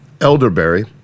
elderberry